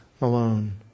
alone